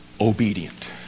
obedient